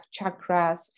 chakras